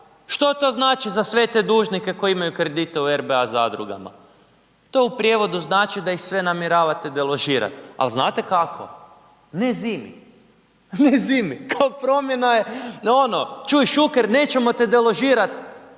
Što to znači za sve te dužnike koji imaju kredite u RBA zadrugama? To u prijevodu znači da ih sve namjeravate deložirat. Al znate kako? Ne zimi, ne zimi, kao promjena je ono čuj Šuker nećemo te deložirat